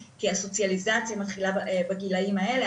כי הסוציאליזציה מתחילה בגילאים האלה,